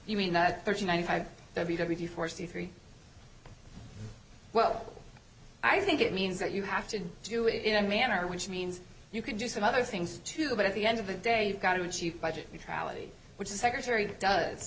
group thirty nine five if you foresee three well i think it means that you have to do it in a manner which means you can do some other things too but at the end of the day you've got to achieve budget neutrality which the secretary does